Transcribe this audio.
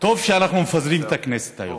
טוב שאנחנו מפזרים את הכנסת היום.